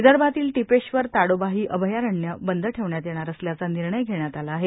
विदर्भातील टिपेश्वर ताडोबा ही अभयारण्ये बंद ठेवनात येणार असल्याचा निर्णय घेण्यात आला आहे